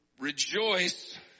rejoice